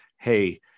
Hey